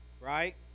right